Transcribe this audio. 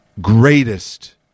Greatest